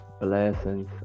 blessings